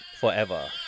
forever